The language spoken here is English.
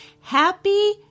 Happy